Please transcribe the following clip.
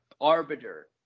arbiter